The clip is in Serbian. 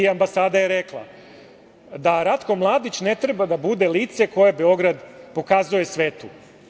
Ambasada je rekla – Ratko Mladić ne treba da bude lice koje Beograd pokazuje svetu.